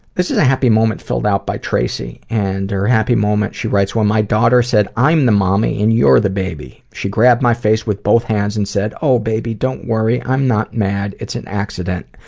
this is a happy moment filled out by tracy, and her happy moment, she writes, when my daughter said, i'm the mommy and you're the baby. she grabbed my face with both hands and said, oh, baby, don't worry. i'm not mad. it's an accident.